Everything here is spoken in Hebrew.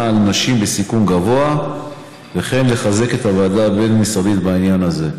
לנשים בסיכון גבוה וכן לחזק את הוועדה הבין-משרדית בעניין הזה.